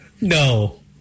No